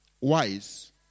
wise